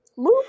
Move